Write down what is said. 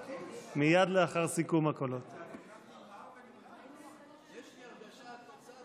קיש: אז אני מתנצל.